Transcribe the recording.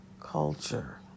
culture